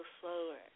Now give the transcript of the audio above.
slower